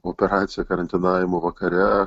operaciją karantinavimo vakare